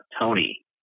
Tony